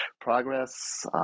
progress